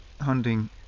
hunting